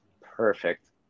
Perfect